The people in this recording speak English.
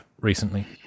recently